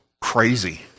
Crazy